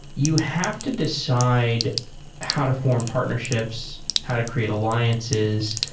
you have to decide how to form partnerships, how to create alliances.